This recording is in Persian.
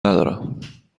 ندارم